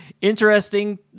interesting